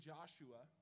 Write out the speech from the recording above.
Joshua